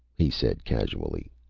he said casually.